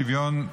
שוויון,